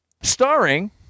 Starring